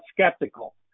skeptical